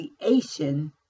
creation